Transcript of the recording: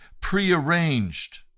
prearranged